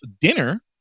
dinner